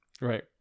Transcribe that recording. right